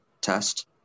test